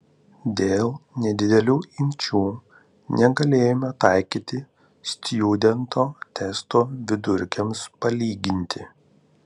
dėl nedidelių imčių negalėjome taikyti stjudento testo vidurkiams palyginti